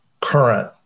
current